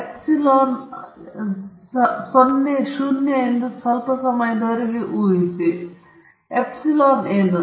epsilon ನಾನು 0 ಎಂದು ಸ್ವಲ್ಪ ಸಮಯದವರೆಗೆ ಊಹಿಸಿ ಎಪ್ಸಿಲೋನ್ ಏನು